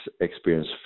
experience